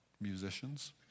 musicians